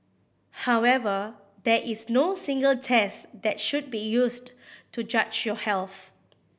however there is no single test that should be used to judge your health